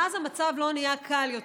מאז המצב לא נהיה קל יותר.